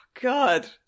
God